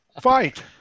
Fight